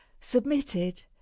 submitted